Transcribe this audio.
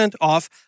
off